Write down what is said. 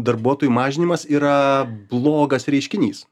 darbuotojų mažinimas yra blogas reiškinys